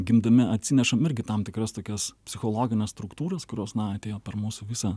gimdami atsinešam irgi tam tikras tokias psichologines struktūras kurios na atėjo per mūsų visą